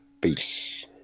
Peace